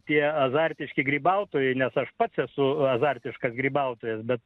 tie azartiški grybautojai nes aš pats esu azartiškas grybautojas bet